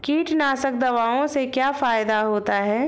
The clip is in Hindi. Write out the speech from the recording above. कीटनाशक दवाओं से क्या फायदा होता है?